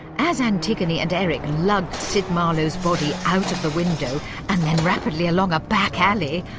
as antigone and eric lugged sid marlowe's body out of the window and then rapidly along a back alley,